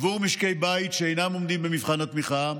בעבור משקי בית שאינם עומדים במבחן התמיכה,